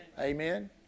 Amen